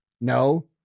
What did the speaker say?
No